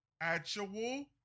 actual